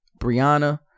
Brianna